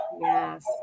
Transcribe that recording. Yes